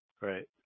right